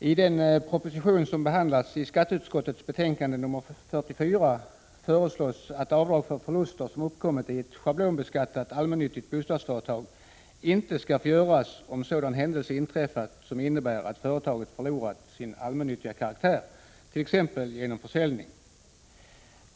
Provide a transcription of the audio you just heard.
Herr talman! I den proposition, som behandlas i skatteutskottets betänkande nr 44, föreslås att avdrag för förluster, som uppkommit i ett schablonbeskattat allmännyttigt bostadsföretag, inte skall få göras om sådan händelse inträffat, som innebär att företaget förlorat sin allmännyttiga karaktär, t.ex. genom försäljning.